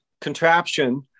contraption